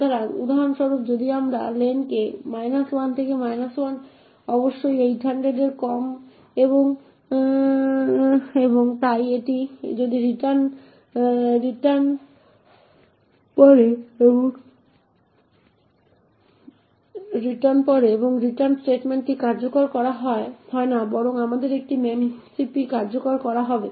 সুতরাং উদাহরণস্বরূপ যদি আমরা লেনকে 1 দেই 1 অবশ্যই 800 এর কম এবং তাই এটি যদি রিটার্ন পড়ে এবং এই রিটার্ন স্টেটমেন্টটি কার্যকর করা হয় না বরং আমাদের একটি memcpy কার্যকর করা হবে